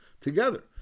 together